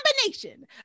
combination